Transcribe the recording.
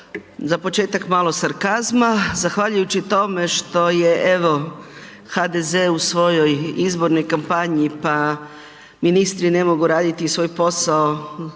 Za početak malo sarkazma. Zahvaljujući tome što je, evo HDZ u svojoj izbornoj kampanji, pa ministri ne mogu raditi svoj posao